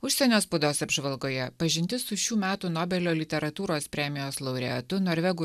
užsienio spaudos apžvalgoje pažintis su šių metų nobelio literatūros premijos laureatu norvegų